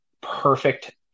perfect